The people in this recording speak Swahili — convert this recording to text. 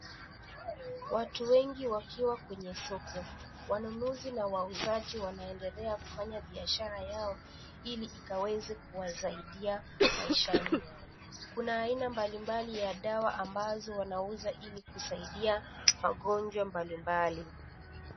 Watu wengi wakiwa kwenye soko. Wanunuzi na wauzaji wanaendelea kufanya biashara yao Ili ikaweze kuwasaidia maishani mwao. Kuna aina mbalimbali ya dawa ambazo wanauza Ili kusaidia wagonjwa mbalimbali.